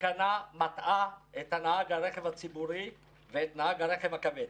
התקנה מטעה את נהג הרכב הציבורי ואת נהג הרכב הכבד.